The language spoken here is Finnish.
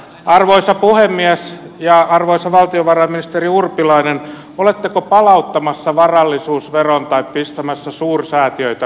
arvoisa puhemies ja arvoisa valtiovarainministeri urpilainen oletteko palauttamassa varallisuusveron tai pistämässä suursäätiöitä verolle